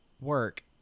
work